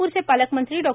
नागपूरचे पालकमंत्री डॉ